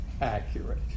accurate